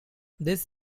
this